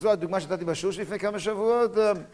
זו הדוגמה שנתתי בשיעור לפני כמה שבועות